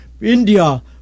India